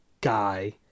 guy